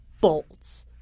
bolts